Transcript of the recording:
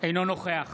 אינו נוכח